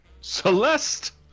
Celeste